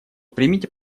примите